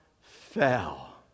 fell